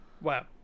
Wow